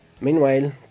meanwhile